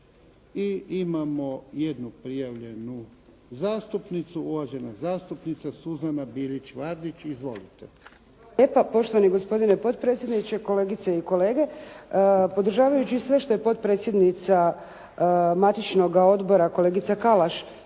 I imamo jednu prijavljenu zastupnicu. Uvažena zastupnica Suzana Bilić Vardić. Izvolite. **Bilić Vardić, Suzana (HDZ)** Hvala lijepa. Poštovani gospodine potpredsjedniče, kolegice i kolege. Podržavajući sve što je potpredsjednica matičnoga odbora kolegica Kalaš